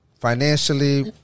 Financially